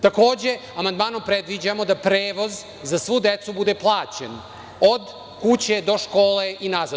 Takođe, amandmanom predviđamo da prevoz za svu decu bude plaćen od kuće do škole i nazad.